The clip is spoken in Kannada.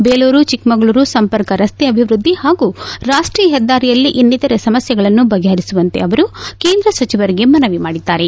ಬೇಲೂರು ಚಕ್ಕಮಗಳೂರು ಸಂಪರ್ಕ ರಸ್ತೆ ಅಭಿವೃದ್ಧಿ ಹಾಗೂ ರಾಷ್ಟೀಯ ಹೆದ್ದಾರಿಯಲ್ಲಿ ಇನ್ನಿತರೆ ಸಮಸ್ಥೆಗಳನ್ನು ಬಗೆಹರಿಸುವಂತೆ ಅವರು ಕೇಂದ್ರ ಸಚಿವರಿಗೆ ಮನವಿ ಮಾಡಿದ್ದಾರೆ